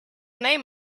name